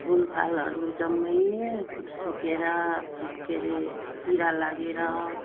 फुलफालहरू जम्मै सुकेर के रे किरा लागेर